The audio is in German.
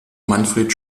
manfred